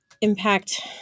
impact